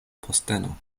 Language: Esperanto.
posteno